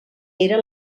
era